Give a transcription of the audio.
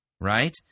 right